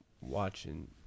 watching